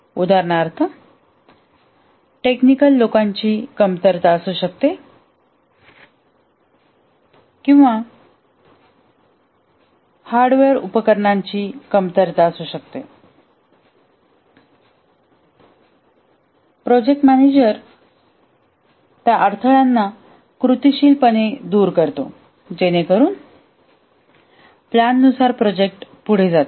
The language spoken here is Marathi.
उदाहरणार्थ टेक्निकल लोकांची कमतरता असू शकते किंवा हार्डवेअर उपकरणांची कमतरता असू शकते प्रोजेक्ट मॅनेजर त्या अडथळ्यांना कृतीशील पणे दूर करतो जेणेकरून प्लॅन नुसार प्रोजेक्ट पुढे जाईल